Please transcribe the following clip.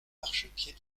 marchepied